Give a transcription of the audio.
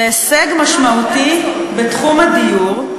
זה הישג משמעותי בתחום הדיור.